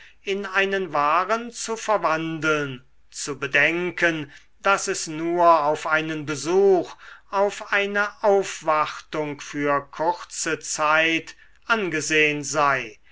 in einen wahren zu verwandeln zu bedenken daß es nur auf einen besuch auf eine aufwartung für kurze zeit angesehn sei